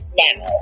now